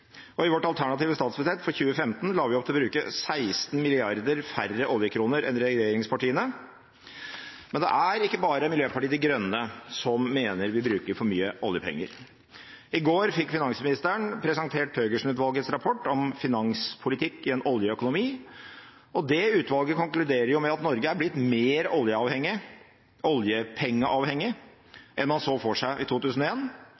og i vårt alternative statsbudsjett for 2015 la vi opp til å bruke 16 milliarder færre oljekroner enn regjeringspartiene. Men det er ikke bare Miljøpartiet De Grønne som mener at vi bruker for mye oljepenger. I går fikk finansministeren presentert Thøgersen-utvalgets rapport om finanspolitikk i en oljeøkonomi. Det utvalget konkluderer med at Norge er blitt mer oljeavhengig – oljepengeavhengig – enn man så for seg i